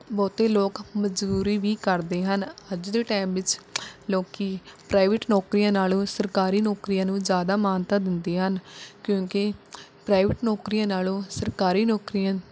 ਬਹੁਤੇ ਲੋਕ ਮਜ਼ਦੂਰੀ ਵੀ ਕਰਦੇ ਹਨ ਅੱਜ ਦੇ ਟੈਮ ਵਿੱਚ ਲੋਕ ਪ੍ਰਾਈਵੇਟ ਨੌਕਰੀਆਂ ਨਾਲੋਂ ਸਰਕਾਰੀ ਨੌਕਰੀਆਂ ਨੂੰ ਜ਼ਿਆਦਾ ਮਾਨਤਾ ਦਿੰਦੇ ਹਨ ਕਿਉਂਕਿ ਪ੍ਰਾਈਵੇਟ ਨੌਕਰੀਆਂ ਨਾਲੋਂ ਸਰਕਾਰੀ ਨੌਕਰੀਆਂ